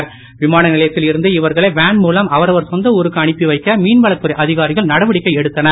தவித்து விமானநிலையத்தில் இருந்து இவர்களை வேன் மூலம் அவரவர் சொந்த ஊருக்கு அனுப்பிவைக்க மீன்வளத்துறை அதிகாரிகள் நடவடிக்கை எடுத்தனர்